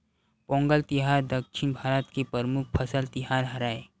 पोंगल तिहार दक्छिन भारत के परमुख फसल तिहार हरय